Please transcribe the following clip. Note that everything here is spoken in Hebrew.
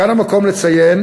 כאן המקום לציין